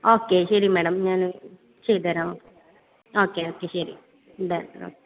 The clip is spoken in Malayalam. ഓക്കേ ശരി മാഡം ഞാൻ ചെയ്ത് തരാം ഓക്കേ ഓക്കേ ശരി ഡൺ ഓക്കേ